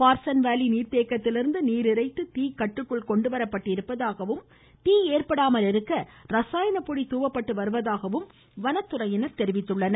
பார்ஷன் வேலி நீர்தேக்கத்திலிருந்து நீர் இறைத்து தீ கட்டுக்குள் கொண்டுவரப்பட்டுள்ளதாகவும் தீ ஏற்படாமல் இருக்க ரசாயனப்பொடிகள் தூவப்பட்டு வருவதாகவும் வனத்துறையினர் தெரிவித்தனர்